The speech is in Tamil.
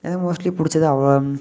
எனக்கு மோஸ்ட்லி பிடிச்சது அவள்